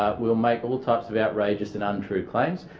ah will make all types of outrageous and untrue claims.